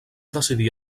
decidir